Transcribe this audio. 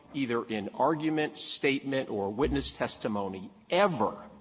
either in argument, statement, or witness testimony, ever